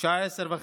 בשעה 10:30,